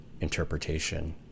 interpretation